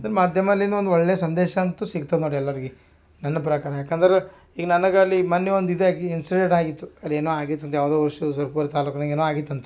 ಮಾಧ್ಯಮ ಅಲ್ಲಿಂದ ಒಂದು ಒಳ್ಳೇ ಸಂದೇಶ ಅಂತು ಸಿಕ್ತದೆ ನೋಡಿ ಎಲ್ಲರಿಗೆ ನನ್ನ ಪ್ರಕಾರ ಯಾಕಂದ್ರೆ ಈಗ ನನಗೆ ಅಲ್ಲಿ ಮೊನ್ನೆ ಒಂದು ಇದಾಗಿ ಇನ್ಸಿಡೆಂಟ್ ಆಗಿತ್ತು ಅದು ಏನೋ ಆಗಿತ್ತಂತೆ ಯಾವುದೋ ವರ್ಷ ಸುರಪುರ ತಾಲುಕ್ನಾಗೆ ಏನೋ ಆಗಿತ್ತಂತೆ